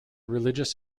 religious